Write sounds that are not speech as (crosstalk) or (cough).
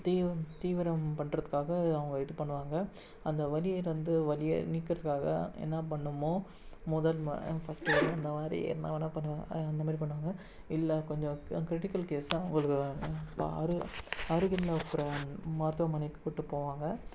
தீவிரம் தீவிரம் பண்ணுறதுக்காக அவங்க இது பண்ணுவாங்க அந்த வலியிலருந்து வலியை நீக்கிறதுக்காக என்ன பண்ணணுமோ முதல்ல ஃபர்ஸ்ட் அந்த மாதிரி என்ன வேணுனா பண்ணுவாங்க அந்தமாதிரி பண்ணுவாங்க இல்லை கொஞ்சம் கிரிட்டிகல் கேஸாக (unintelligible) அருகில் மருத்துவம் மருத்துவமனைக்கு கூப்பிட்டு போவாங்க